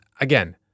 again